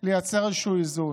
לייצר איזשהו איזון.